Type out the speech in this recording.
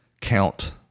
count